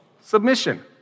submission